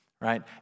Right